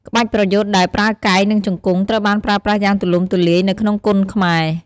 ក្បាច់ប្រយុទ្ធដែលប្រើកែង និងជង្គង់ ត្រូវបានប្រើប្រាស់យ៉ាងទូលំទូលាយនៅក្នុងគុនខ្មែរ។